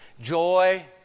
Joy